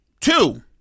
Two